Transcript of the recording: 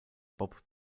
bob